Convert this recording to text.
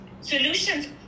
solutions